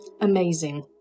amazing